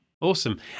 Awesome